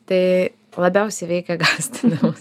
tai labiausiai veikia gąsdinimas